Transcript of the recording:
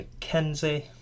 McKenzie